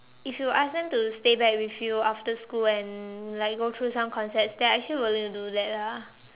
if you ask them to stay back with you after school and like go through some concepts they're actually willing to do that ah